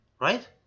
right